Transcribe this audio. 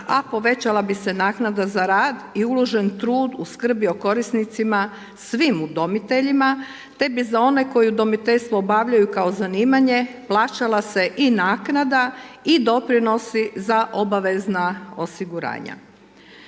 a povećala bi se naknada za rad i uložen trud u skrbi o korisnicima svim udomiteljima te bi za one koji udomiteljstvo obavljaju kao zanimanje plaćala se i naknada i doprinosi za obavezna osiguranja.